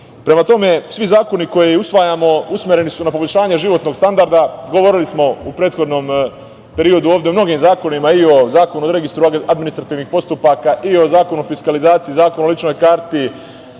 tome, svi zakoni koje usvajamo usmereni su na poboljšanje životnog standarda. Govorili smo u prethodnom periodu ovde o mnogim zakonima i o Zakonu o registru administrativnih postupaka i o Zakonu o fiskalizaciji, Zakonu o ličnoj karti.